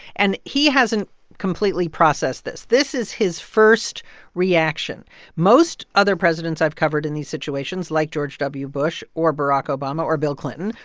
and he hasn't completely processed this. this is his first reaction most other presidents i've covered in these situations, like george w. bush or barack obama or bill clinton,